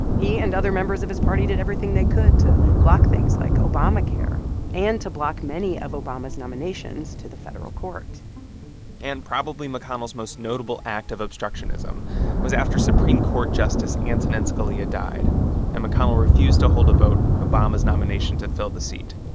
he and other members of his party did everything they could to block things like obamacare and to block many of obama's nominations to the federal court and probably mcconnell's most notable act of obstructionism was after supreme court justice antonin scalia died and mcconnell refused to hold a vote on obama's nomination to fill the seat,